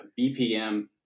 BPM